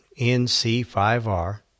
NC5R